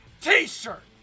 T-shirt